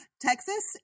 Texas